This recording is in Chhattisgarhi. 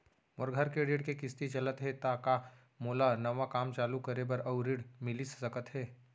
मोर घर के ऋण के किसती चलत हे ता का मोला नवा काम चालू करे बर अऊ ऋण मिलिस सकत हे?